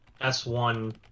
S1